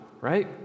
right